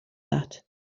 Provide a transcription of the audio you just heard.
that